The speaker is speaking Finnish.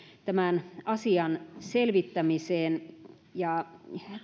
tämän asian selvittämiseen ja